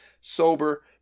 sober